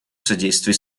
содействии